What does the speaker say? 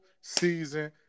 season